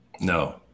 No